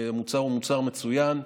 והמוצר הוא מוצר מצוין.